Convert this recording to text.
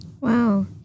Wow